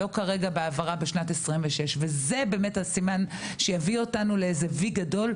לא כרגע בהעברה בשנת 2026. זה הסימן שיביא אותנו לאיזה v גדול,